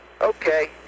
Okay